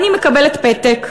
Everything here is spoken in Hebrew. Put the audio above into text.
אני מקבלת פתק: